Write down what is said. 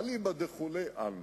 ואולי זה הניסיון